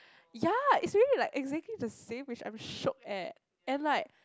ya is really like exactly the same which I am shocked at and like